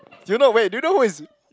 do you know wait do you who is